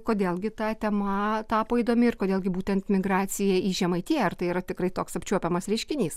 kodėl gi ta tema tapo įdomi ir kodėl gi būtent migracija į žemaitiją ar tai yra tikrai toks apčiuopiamas reiškinys